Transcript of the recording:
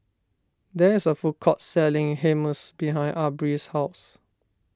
there is a food court selling Hummus behind Aubrey's house